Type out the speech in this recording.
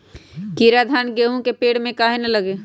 कीरा धान, गेहूं के पेड़ में काहे न लगे?